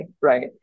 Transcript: right